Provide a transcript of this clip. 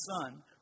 son